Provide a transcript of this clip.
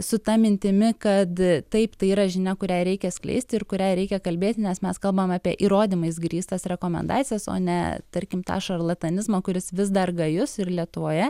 su ta mintimi kad taip tai yra žinia kurią reikia skleisti ir kuriai reikia kalbėti nes mes kalbam apie įrodymais grįstas rekomendacijas o ne tarkim tą šarlatanizmą kuris vis dar gajus ir lietuvoje